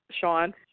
Sean